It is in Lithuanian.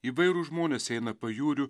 įvairūs žmonės eina pajūriu